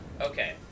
Okay